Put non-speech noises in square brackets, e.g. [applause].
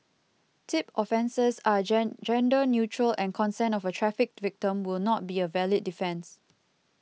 tip offences are [unintelligible] gender neutral and consent of a trafficked victim will not be a valid defence